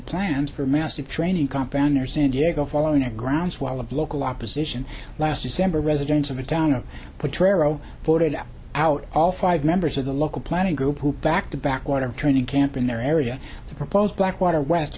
plans for a massive training camp ground near san diego following a groundswell of local opposition last december residents of the town of patro voted out all five members of the local planning group who backed the backwater training camp in their area the proposed blackwater west